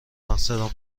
مقصدم